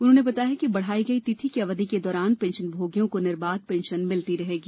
उन्होंने बताया कि बढ़ाई गई तिथि की अवधि के दौरान पेंशनभोगियों को निर्बाध पेंशन मिलती रहेगी